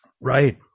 Right